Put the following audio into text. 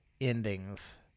endings